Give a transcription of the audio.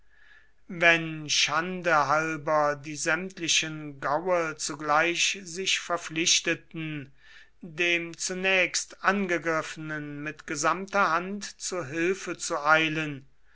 wenn schande halber die sämtlichen gaue zugleich sich verpflichteten dem zunächst angegriffenen mit gesamter hand zu hilfe zu eilen